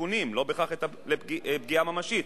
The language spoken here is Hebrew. לא בהכרח פגיעה ממשית,